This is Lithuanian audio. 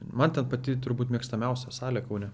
man ten pati turbūt mėgstamiausia salė kaune